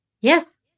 Yes